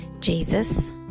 Jesus